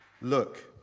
Look